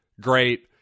great